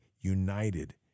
united